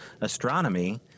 astronomy